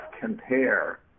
compare